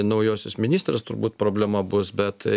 naujosios ministrės turbūt problema bus bet